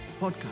podcast